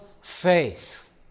faith